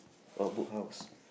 what Book House